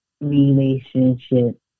relationship